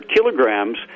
kilograms